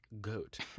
goat